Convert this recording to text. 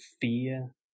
fear